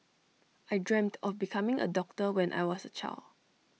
I dreamt of becoming A doctor when I was A child